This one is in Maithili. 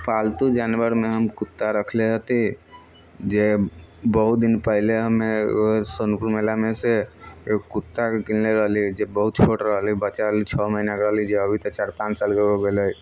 पालतु जानवरमे हम कुत्ता रखले रहती जे बहुत दिन पहिले हम सोनपुर मेलामेसँ एकगो कुत्ता किनल रहली जे बहुत छोट रहलै बच्चा रहलै छह महीनाके रहलै जे अभी तऽ चार पाँच सालके हो गेलै